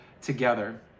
together